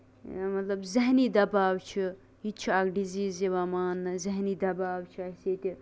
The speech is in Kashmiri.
مطلب ذہنی دَباو چھُ یہِ تہِ چھُ اکھ ڈِزیٖز یِوان ماننہٕ ذہنی دَباو چھُ اَسہِ ییٚتہِ